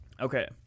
Okay